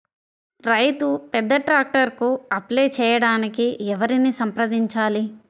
రైతు పెద్ద ట్రాక్టర్కు అప్లై చేయడానికి ఎవరిని సంప్రదించాలి?